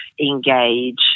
engage